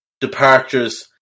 departures